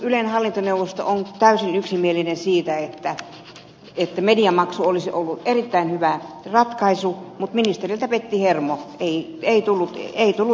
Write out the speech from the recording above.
ylen hallintoneuvosto on täysin yksimielinen siitä että mediamaksu olisi ollut erittäin hyvä ratkaisu mutta ministeriltä petti hermo ei tullut esitystä